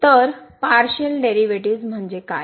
तर partial derivatives म्हणजे काय